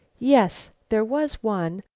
yes, there was one,